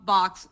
Box